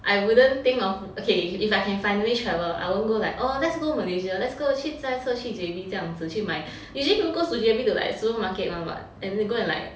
I wouldn't think of okay if I can finally travel I won't go like oh let's go Malaysia let's go 去塞车去 J_B 这样子去买 usually people go to J_B to like supermarket [one] [what] and go and like